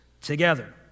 together